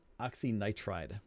oxynitride